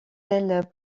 ailes